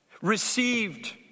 Received